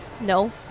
no